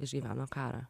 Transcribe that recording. išgyveno karą